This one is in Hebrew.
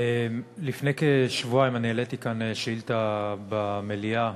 לפני כשבועיים העליתי כאן במליאה